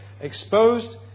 exposed